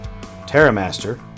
Terramaster